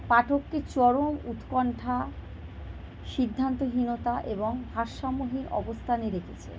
পাঠককে চরম উৎকণ্ঠা সিদ্ধান্তহীনতা এবং ভারসাম্যহীন অবস্থানে রেখেছে